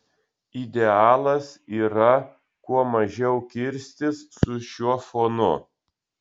idealas yra kuo mažiau kirstis su šiuo fonu